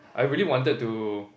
I really wanted to